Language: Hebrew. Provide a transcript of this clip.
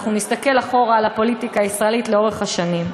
ואנחנו נסתכל אחורה על הפוליטיקה הישראלית לאורך השנים,